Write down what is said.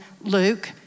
Luke